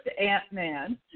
Ant-Man